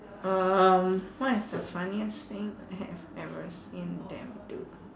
um what is the funniest thing I have ever seen them do